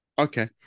Okay